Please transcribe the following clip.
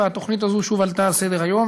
התוכנית הזו שוב עלתה על סדר-היום.